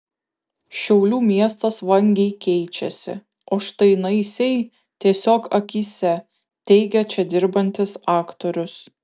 šiaulių miestas vangiai keičiasi o štai naisiai tiesiog akyse teigia čia dirbantis aktorius